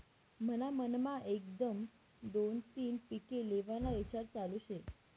मन्हा मनमा एकदम दोन तीन पिके लेव्हाना ईचार चालू शे